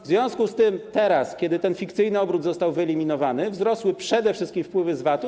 W związku z tym teraz, kiedy ten fikcyjny obrót został wyeliminowany, wzrosły przede wszystkim wpływy z VAT-u.